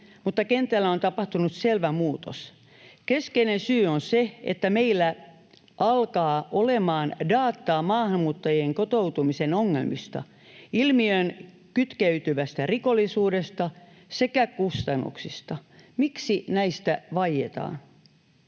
mutta kentällä on tapahtunut selvä muutos. Keskeinen syy on se, että meillä alkaa olemaan dataa maahanmuuttajien kotoutumisen ongelmista, ilmiöön kytkeytyvästä rikollisuudesta sekä kustannuksista. Miksi näistä vaietaan?